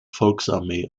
volksarmee